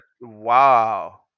Wow